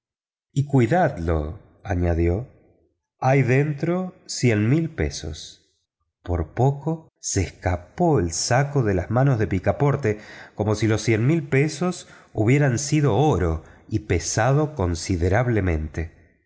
y cuidadlo añadió hay dentro veinte mil libras por poco se escapó el saco de las manos de picaporte como si las veinte mil libras hubieran sido oro y pesado considerablemente